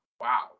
wow